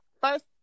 First